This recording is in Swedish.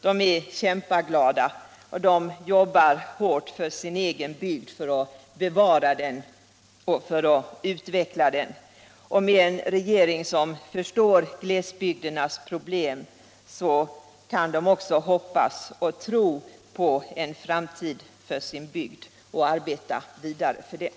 De är kämpaglada, de jobbar hårt för att bevara och utveckla sin egen bygd. Med en regering som förstår glesbygdernas problem kan de också våga hoppas och tro på en framtid för sin bygd och vara villiga att arbeta vidare för den.